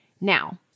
Now